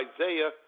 Isaiah